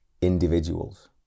individuals